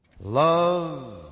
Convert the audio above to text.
Love